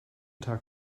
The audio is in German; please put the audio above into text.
tag